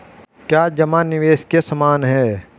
क्या जमा निवेश के समान है?